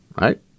right